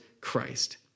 Christ